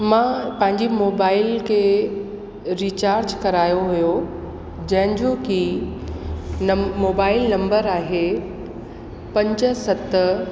मां पंहिंजी मोबाइल खे रिचार्ज करायो हुयो जंहिंजो की न मोबाइल नंबर आहे पंज सत